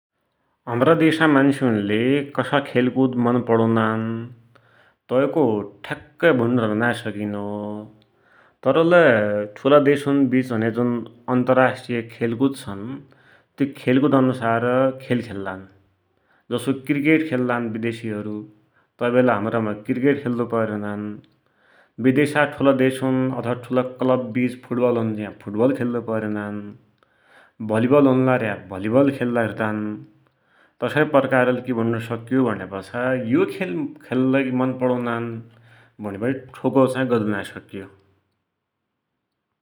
हमरा देशका मान्सुन्ले कसा खेलकुद मन पडुनान तैको ठ्याक्कै भुण्णूत नाइँ सकिनो, तर लै ठुला देशुन बीच हुन्या जुन अन्तरास्ट्रिय खेलकुद छन्, ति खेलकुद अन्सार खेल खेल्लान। जसो क्रिकेट खेल्लान बिदेशीहरु, तै बेला हमारामा क्रिकेट खेल्लु पैरनान, बिदेशका ठुला देशुन अथवा क्लबबीच फुटबल हुन्ज्या फुटबल खेल्लु पैरनान, भलिबल भया भलिबल खेली राख्दान। तसै प्रकारले कि भुण्णु सक्यो भुण्यापाछा यो खेल्लाकी मन पडुनान भुणिबटे ठोकुवा गद्दु चाहि नाइँ सक्यो।